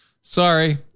Sorry